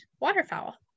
waterfowl